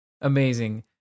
Amazing